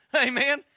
Amen